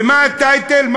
ומה הטייטל?